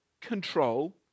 control